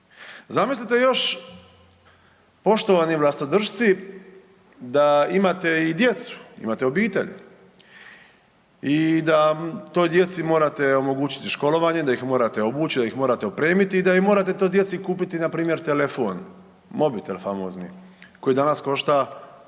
Zamislite još poštovani vlastodršci da imate i djecu, imate obitelj i da toj djeci morate omogućiti školovanje, da ih morate obući, da ih morate opremiti i da morate toj djeci kupiti npr. telefon, mobitel famozni koji danas košta svaki je